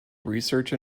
research